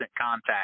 contact